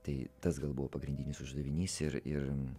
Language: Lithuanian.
tai tas gal buvo pagrindinis uždavinys ir ir